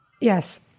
yes